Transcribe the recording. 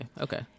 okay